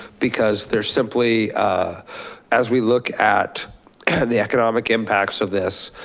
because there's simply as we look at the economic impacts of this,